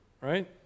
right